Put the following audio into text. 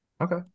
okay